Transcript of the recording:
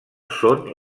són